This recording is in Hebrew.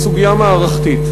היא סוגיה מערכתית.